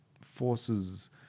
forces